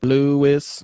Lewis